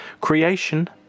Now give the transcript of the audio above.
Creation